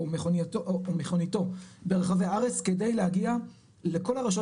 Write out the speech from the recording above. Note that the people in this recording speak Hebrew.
הוא ומכוניתו ברחבי הארץ כדי להגיע לכל הרשויות